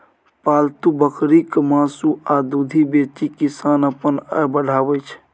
पालतु बकरीक मासु आ दुधि बेचि किसान अपन आय बढ़ाबै छै